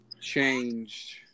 changed